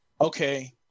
okay